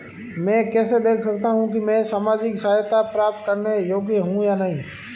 मैं कैसे देख सकता हूं कि मैं सामाजिक सहायता प्राप्त करने योग्य हूं या नहीं?